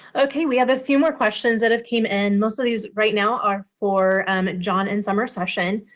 okay. we have a few more questions that have came in. most of these right now are for and john and summer session.